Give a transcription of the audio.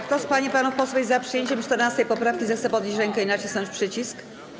Kto z pań i panów posłów jest za przyjęciem 14. poprawki, zechce podnieść rękę i nacisnąć przycisk.